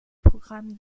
programmes